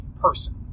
person